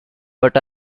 but